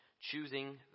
choosing